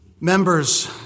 members